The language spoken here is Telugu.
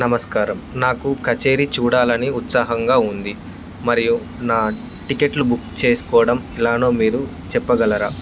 నమస్కారం నాకు కచేరి చూడాలని ఉత్సాహంగా ఉంది మరియు నా టికెట్లు బుక్ చేసుకోవడం ఎలానో మీరు చెప్పగలరా